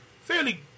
fairly